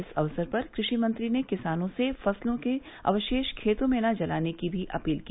इस अवसर पर क्रषि मंत्री ने किसानों से फसलों के अवशेष खेतों में न जलाने की भी अपील की